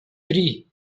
tri